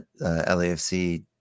lafc